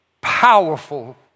powerful